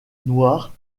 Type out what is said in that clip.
noirs